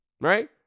right